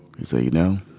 he said, you know,